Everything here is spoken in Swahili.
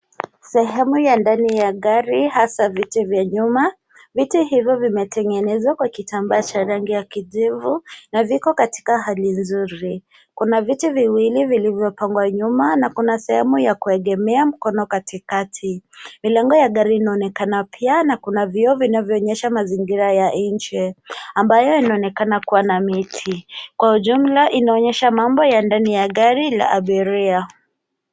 Sehemu ya ndani ya gari hasa viti vya nyuma. Viti hivyo vimetengenezwa kwa kitambaa cha rangi ya kijivu na viko katika hali nzuri. Kuna vitu viwili vilivyopangwa nyuma na kuna sehemu ya kuegemea mkono katikati. Milango ya gari inaonekana pia na kuna vioo vinavyoonyesha mazingira ya nje ambayo inaonekana kuwa na miti. Kwa ujumla inaonyesha mambo ya ndani ya gari la abiria.